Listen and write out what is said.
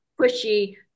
pushy